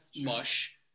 mush